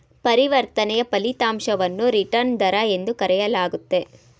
ಪರಿವರ್ತನೆಯ ಫಲಿತಾಂಶವನ್ನು ರಿಟರ್ನ್ ದರ ಎಂದು ಕರೆಯಲಾಗುತ್ತೆ